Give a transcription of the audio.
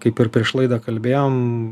kaip ir prieš laidą kalbėjom